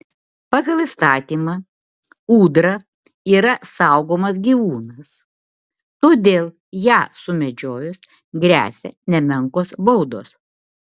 pagal įstatymą ūdra yra saugomas gyvūnas todėl ją sumedžiojus gresia nemenkos baudos